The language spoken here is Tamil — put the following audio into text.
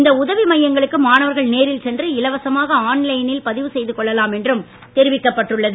இந்த உதவி மையங்களுக்கு மாணவர்கள் நேரில் சென்று இலவசமாக ஆன்லைனில் பதிவு செய்து கொள்ளலாம் என்றும் தெரிவிக்கப்பட்டுள்ளது